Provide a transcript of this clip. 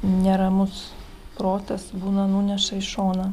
neramus protas būna nuneša į šoną